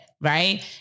Right